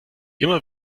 immer